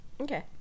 Okay